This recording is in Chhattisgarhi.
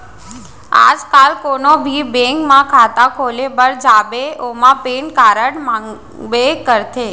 आज काल कोनों भी बेंक म खाता खोले बर जाबे ओमा पेन कारड मांगबे करथे